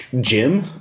Gym